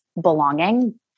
belonging